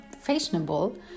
fashionable